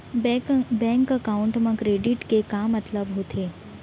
Bank account मा credit के का मतलब होथे?